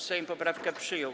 Sejm poprawki przyjął.